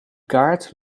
kaart